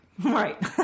Right